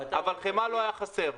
אבל חמאה לא הייתה חסרה.